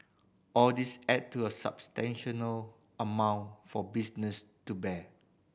all these add to a amount for businesses to bear